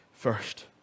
first